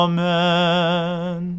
Amen